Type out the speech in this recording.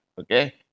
okay